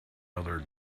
other